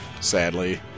sadly